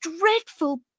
dreadful